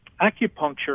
acupuncture